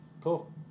Cool